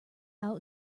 out